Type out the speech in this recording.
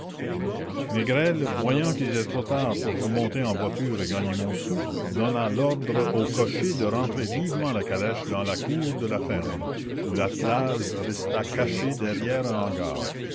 négrel voyant qu'il était trop tard pour remonter en voiture et gagner montsou donna l'ordre au cocher de rentrer vivement la calèche dans la cour de la ferme où l'attelage resta caché derrière un hangar